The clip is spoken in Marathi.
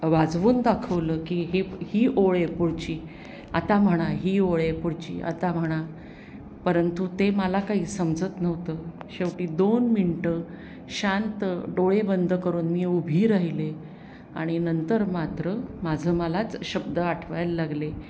वाजवून दाखवलं की हे ही ओळ आहे पुढची आता म्हणा ही ओळ ओळ आहे पुढची आता म्हणा परंतु ते मला काही समजत नव्हतं शेवटी दोन मिनटं शांत डोळे बंद करून मी उभी राहिले आणि नंतर मात्र माझं मलाच शब्द आठवायला लागले